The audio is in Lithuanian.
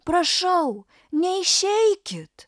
prašau neišeikit